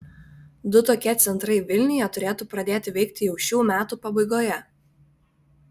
du tokie centrai vilniuje turėtų pradėti veikti jau šių metų pabaigoje